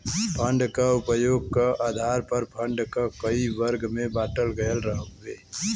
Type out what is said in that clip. fund क उपयोग क आधार पर फण्ड क कई वर्ग में बाँटल गयल हउवे